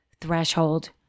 threshold